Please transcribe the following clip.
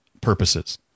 purposes